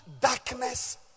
darkness